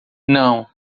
não